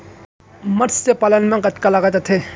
मतस्य पालन मा कतका लागत आथे?